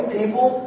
people